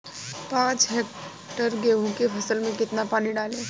पाँच हेक्टेयर गेहूँ की फसल में कितना पानी डालें?